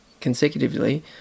consecutively